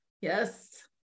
Yes